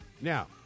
Now